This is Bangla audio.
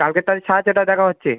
কালকে তাহলে সাড়ে ছটায় দেখা হচ্ছে